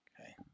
okay